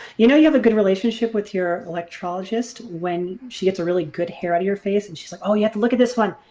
you know you have a good relationship with your electrologist when she gets a really good hair out of your face and so oh you have to look at this one,